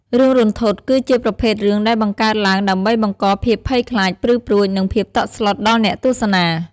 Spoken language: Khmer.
រឿងរន្ធត់ គឺជាប្រភេទរឿងដែលបង្កើតឡើងដើម្បីបង្កភាពភ័យខ្លាច ព្រឺព្រួច និងភាពតក់ស្លុតដល់អ្នកទស្សនា។